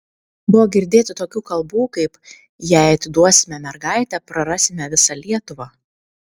buvo girdėti tokių kalbų kaip jei atiduosime mergaitę prarasime visą lietuvą